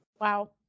Wow